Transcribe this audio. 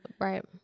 right